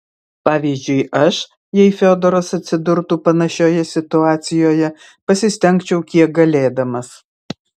pavyzdžiui aš jei fiodoras atsidurtų panašioje situacijoje pasistengčiau kiek galėdamas